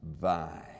vine